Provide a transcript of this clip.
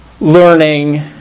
learning